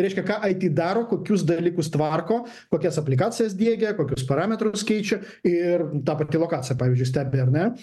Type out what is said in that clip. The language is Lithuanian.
reiškia ką it daro kokius dalykus tvarko kokias aplikacijas diegia kokius parametrus keičia ir ta pati lokacija pavyzdžiui stebi ar ne